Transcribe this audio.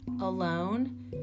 alone